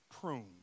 pruned